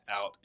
out